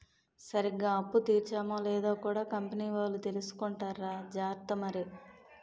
సరిగ్గా అప్పు తీర్చేమో లేదో కూడా కంపెనీ వోలు కొలుసుకుంటార్రా జార్త మరి